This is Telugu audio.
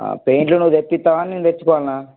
పెయింట్లు నువ్వు తెప్పిస్తావా మేము తెచ్చుకోవాల్నా